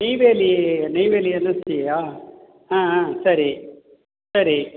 நெய்வேலி நெய்வேலி என்எல்சிலயா ஆ ஆ சரி சரி